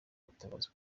ubutabazi